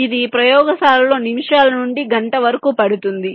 ఇది ప్రయోగశాలలో నిమిషాల నుండి గంట వరకు పడుతుంది